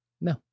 No